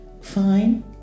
Fine